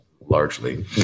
largely